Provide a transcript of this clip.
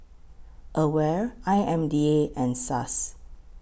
AWARE I M D A and Suss